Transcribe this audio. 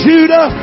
Judah